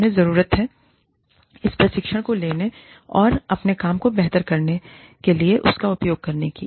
उन्हें जरूरत है इस प्रशिक्षण को लेने और अपने काम को बेहतर करने के लिए इसका उपयोग करने के लिए